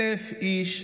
1,000 איש,